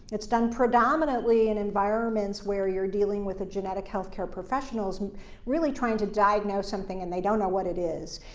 it's done predominantly in environments where you're dealing with a genetic healthcare professional who's really trying to diagnosis something and they don't know what it is,